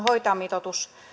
hoitajamitoitus